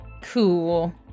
cool